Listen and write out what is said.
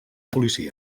policia